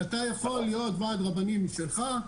אתה יכול להיות ועד רבנים משלך,